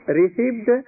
received